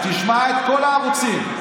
תשמע את כל הערוצים.